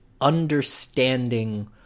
understanding